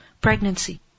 pregnancy